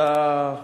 אתה,